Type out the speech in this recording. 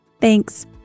thanks